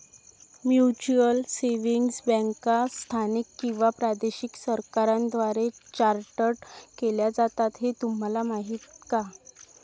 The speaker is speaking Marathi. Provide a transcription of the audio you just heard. म्युच्युअल सेव्हिंग्ज बँका स्थानिक किंवा प्रादेशिक सरकारांद्वारे चार्टर्ड केल्या जातात हे तुम्हाला माहीत का?